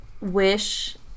wish